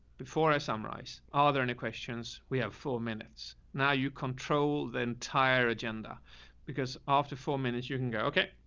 before i summarize, are there any questions? we have four minutes now. you control the entire agenda because after four minutes you can go, okay,